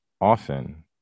often